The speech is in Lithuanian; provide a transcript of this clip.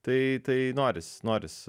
tai tai noris noris